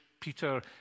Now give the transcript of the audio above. Peter